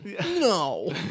no